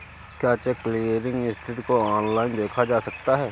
क्या check clearing स्थिति को ऑनलाइन देखा जा सकता है?